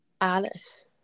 Alice